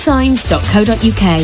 signs.co.uk